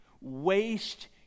Waste